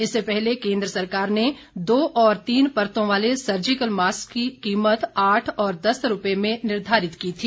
इससे पहले केन्द्र सरकार ने दो और तीन परतों वाले सर्जिकल मास्क की कीमत आठ और दस रुपये में निर्धारित की थी